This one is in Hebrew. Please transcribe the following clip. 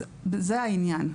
אז זה העניין.